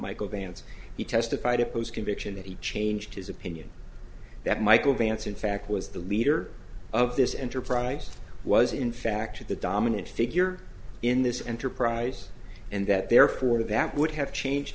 michael vance he testified to post conviction that he changed his opinion that michael vance in fact was the leader of this enterprise was in fact the dominant figure in this enterprise and that therefore that would have changed